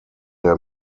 der